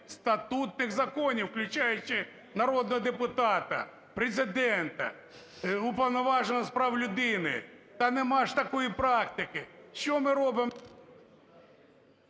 статутних законів, включаючи народного депутата, Президента, Уповноваженого з прав людини. Та нема ж такої практики! Що ми робимо?